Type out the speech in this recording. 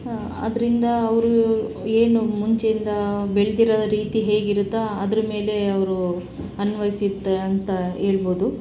ಆದ್ದರಿಂದ ಅವರು ಏನು ಮುಂಚೆಯಿಂದ ಬೆಳ್ದಿರೋ ರೀತಿ ಹೇಗಿರುತ್ತೋ ಅದ್ರ ಮೇಲೆ ಅವರು ಅನ್ವಯ್ಸಿದ್ದು ಅಂತ ಹೇಳ್ಬೋದು